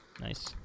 Nice